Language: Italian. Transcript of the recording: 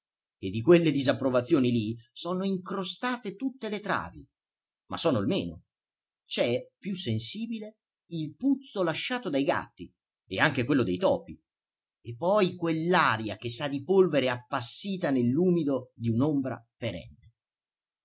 e di quelle disapprovazioni lì sono incrostate tutte le travi ma sono il meno c'è più sensibile il puzzo lasciato dai gatti e anche quello dei topi e poi quell'aria che sa di polvere appassita nell'umido di un'ombra perenne